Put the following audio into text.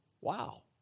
Wow